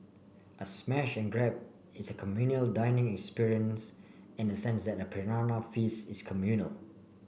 a smash and grab is a communal dining experience in the sense that a piranha feast is communal